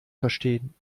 verstehen